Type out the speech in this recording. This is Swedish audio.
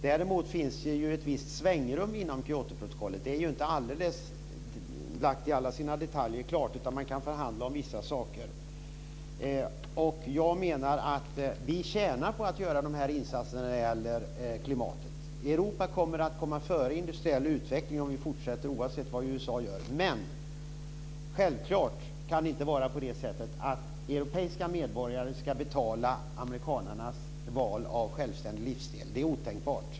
Däremot finns det ju ett visst svängrum inom Kyotoprotokollet. Det är inte klart i alla detaljer utan man kan förhandla om vissa saker. Jag menar att vi tjänar på att göra dessa insatser när det gäller klimatet. Europa kommer att komma före i industriell utveckling om vi fortsätter oavsett vad USA gör. Men självklart kan det inte vara på det sättet att europeiska medborgare ska betala amerikanarnas val av självständig livsstil. Det är otänkbart.